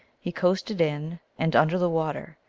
he coasted in and under the water,